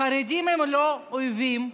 החרדים הם לא אויבים,